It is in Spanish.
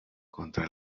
contra